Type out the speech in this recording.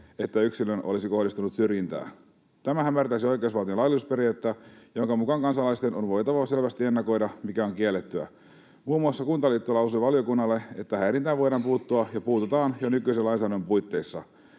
että yksilöön olisi kohdistunut syrjintää. Tämä hämärtäisi oikeusvaltion laillisuusperiaatetta, jonka mukaan kansalaisten on voitava selvästi ennakoida, mikä on kiellettyä. Muun muassa Kuntaliitto lausui valiokunnalle, että häirintään voidaan puuttua ja puututaan jo nykyisen lainsäädännön puitteissa.